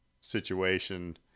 situation